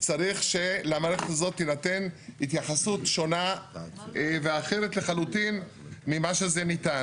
צריך שלמערכת הזאת תינתן התייחסות שונה ואחרת לחלוטין ממה שזה ניצן.